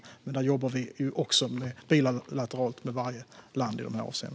I detta avseende jobbar vi bilateralt med varje land.